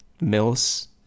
Mills